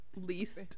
least